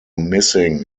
missing